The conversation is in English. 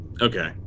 Okay